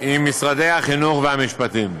עם משרד החינוך ומשרד המשפטים,